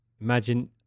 imagine